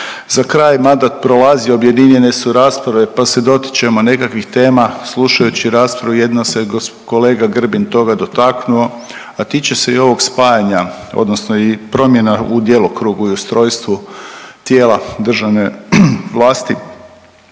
Za kraj, mandat prolazi, objedinjene su rasprave, pa se dotičemo nekakvih tema slušajući rasprave, jedino se kolega Grbin toga dotaknuo a tiče se i ovog spajanja odnosno i promjena u djelokrugu i ustrojstvu tijela državne vlasti.